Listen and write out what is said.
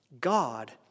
God